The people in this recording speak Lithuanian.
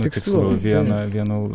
tikslu viena vienu